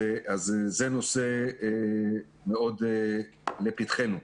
זה נושא שהוא מאוד לפתחנו.